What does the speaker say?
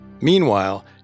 Meanwhile